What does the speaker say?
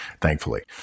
thankfully